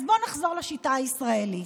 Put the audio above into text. אז בואו נחזור לשיטה הישראלית.